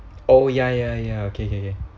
oh ya ya ya okay K K